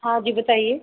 हाँ जी बताइए